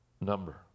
Number